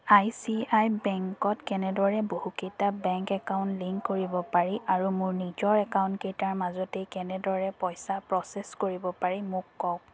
I C I বেংকত কেনেদৰে বহুকেইটা বেংক একাউণ্ট লিংক কৰিব পাৰি আৰু মোৰ নিজৰ একাউণ্টকেইটাৰ মাজতেই কেনেদৰে পইছা প্ৰ'চেছ কৰিব পাৰি মোক কওক